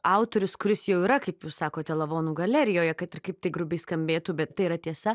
autorius kuris jau yra kaip jūs sakote lavonų galerijoje kad ir kaip tai grubiai skambėtų bet tai yra tiesa